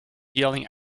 yelling